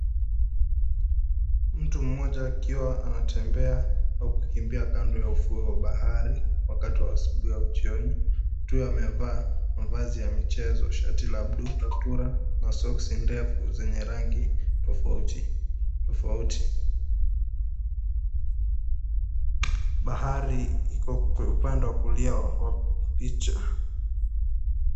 Mtu mmoja akiwa anatembea kwa kukimbia kando ya ufuo wa bahari wakati wa asubuhi au jioni. Mtu huyo amevaa mavazi ya michezo. Shati ya buluu, kaptura na soksi ndefu zenye rangi tofauti tofauti. Bahari iko upande wa kulia wa picha.